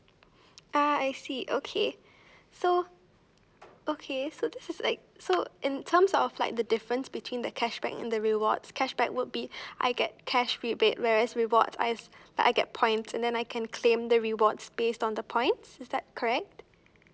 ah I see okay so okay so this is like so in terms of like the difference between the cashback and the rewards cashback would be I get cash rebate whereas rewards I as I get points and then I can claim the rewards based on the points is that correct